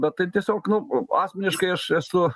bet tai tiesiog nu asmeniškai aš esu